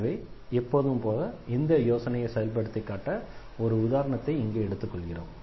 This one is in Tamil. எனவே எப்போதும்போல இந்த யோசனையை செயல்படுத்தி காட்ட ஒரு உதாரணத்தை இங்கே எடுத்துக்கொள்கிறோம்